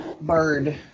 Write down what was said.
bird